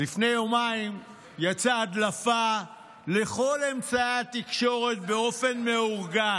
לפני יומיים יצאה הדלפה לכל אמצעי התקשורת באופן מאורגן.